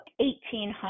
1,800